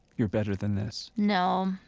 you're better than this. no,